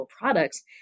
products